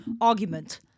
argument